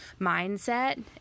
mindset